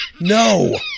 No